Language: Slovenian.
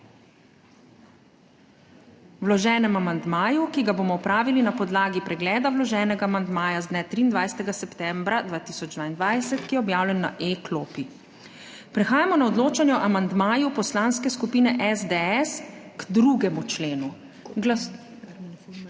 vloženem amandmaju, ki ga bomo opravili na podlagi pregleda vloženega amandmaja z dne 23. septembra 2022, ki je objavljen na e-klopi. Prehajamo na odločanje o amandmaju Poslanske skupine SDS k 2. členu.